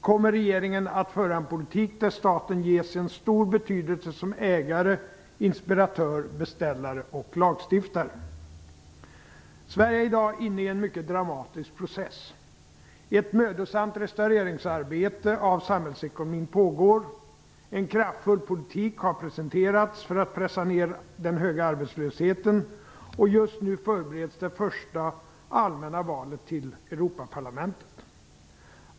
Kommer regeringen att föra en politik där staten ges en stor betydelse som ägare, inspiratör, beställare och lagstiftare? Sverige är i dag inne i en mycket dramatisk process. Ett mödosamt restaureringsarbete av samhällsekonomin pågår, en kraftfull politik har presenterats för att pressa ner den höga arbetslösheten och just nu förbereds det första allmänna valet till Europaparlamentet.